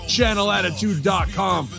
Channelattitude.com